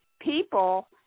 people